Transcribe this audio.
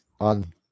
on